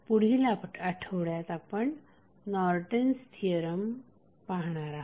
पुढील आठवड्यात आपण नॉर्टन थिअरम Norton's theorem पाहणार आहोत